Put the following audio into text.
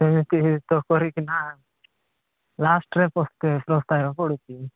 ଏମିତି ହିତ କରିକିନା ଲାଷ୍ଟରେ ପସ୍ତେଇବା ପାଇଁ ପଡ଼ୁଛି